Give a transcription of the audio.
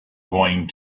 going